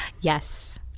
Yes